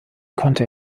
konnte